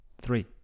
three